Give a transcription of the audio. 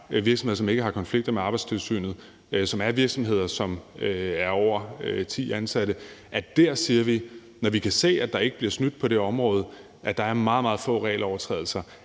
virksomheder, som ikke har konflikter med Arbejdstilsynet, og som er virksomheder, som er over ti ansatte, siger, at når vi kan se, at der ikke bliver snydt på det område, at der er meget, meget få regelovertrædelser,